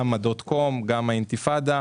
אם זה הדוט-קום, האינתיפאדה,